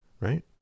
right